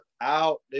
out